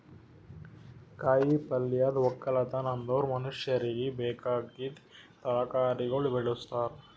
ಕಾಯಿ ಪಲ್ಯದ್ ಒಕ್ಕಲತನ ಅಂದುರ್ ಮನುಷ್ಯರಿಗಿ ಬೇಕಾಗಿದ್ ತರಕಾರಿಗೊಳ್ ಬೆಳುಸ್ತಾರ್